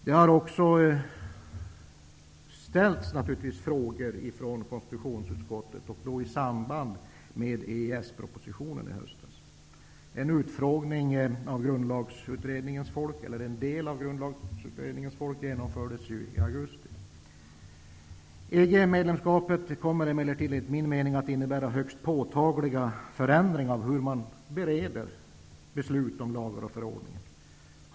Det har också ställts frågor ifrån konstitutionsutskottet i samband med EES-propositionen i höstas. En utfrågning av en del av Grundlagsutredningens folk genomfördes i augusti. EG-medlemskapet kommer emellertid enligt min mening att innebära högst påtagliga förändringar av hur man bereder beslut om lagar och förordningar.